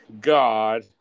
god